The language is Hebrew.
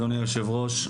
אדוני היושב-ראש,